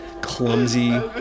clumsy